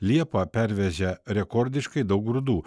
liepą pervežę rekordiškai daug grūdų